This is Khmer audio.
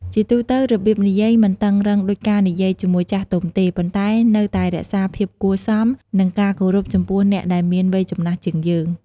ជាទូទៅ របៀបនិយាយមិនតឹងរឹងដូចការនិយាយជាមួយចាស់ទុំទេ ប៉ុន្តែនៅតែរក្សាភាពគួរសម និងការគោរពចំពោះអ្នកដែលមានវ័យចំណាស់ជាងយើង។